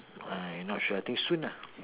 Aiyah not sure I think soon